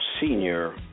senior